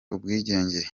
ubwigenge